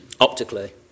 optically